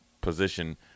position